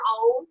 own